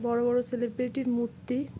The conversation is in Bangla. বড় বড়ো সেলিব্রিটির মূর্তি